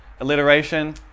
Alliteration